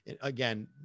again